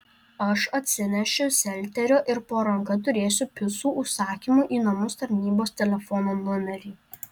aš atsinešiu selterio ir po ranka turėsiu picų užsakymų į namus tarnybos telefono numerį